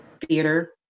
theater